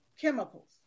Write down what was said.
chemicals